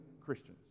christians